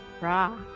Rock